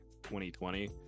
2020